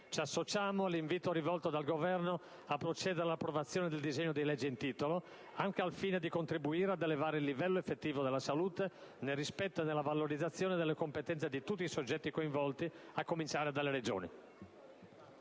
Ci associamo all'invito rivolto dal Governo a procedere all'approvazione del disegno di legge in titolo, anche al fine di contribuire ad elevare il livello effettivo di tutela della salute, nel rispetto e nella valorizzazione delle competenze di tutti i soggetti coinvolti, a cominciare dalle Regioni.